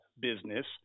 business